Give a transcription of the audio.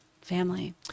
family